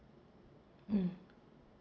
mm